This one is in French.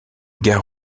gare